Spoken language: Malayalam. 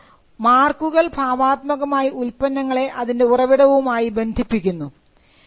അതായത് മാർക്കുകൾ ഭാവാത്മകമായി ഉൽപന്നങ്ങളെ അതിൻറെ ഉറവിടവും ആയി ബന്ധിപ്പിക്കുന്നു